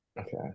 Okay